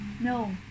No